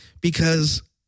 because-